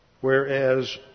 whereas